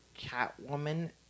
Catwoman